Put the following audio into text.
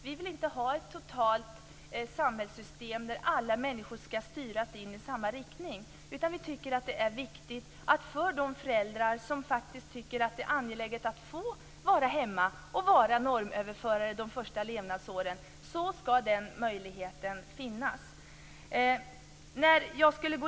Vi vill inte ha ett totalitärt samhällssystem där alla människor skall styras i samma riktning, utan vi anser att det är viktigt att för de föräldrar som faktiskt tycker att det är angeläget att få vara hemma och vara normöverförare de första levnadsåren skall den möjligheten finnas.